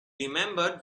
remembered